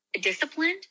disciplined